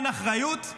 אין אחריות,